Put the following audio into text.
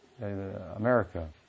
America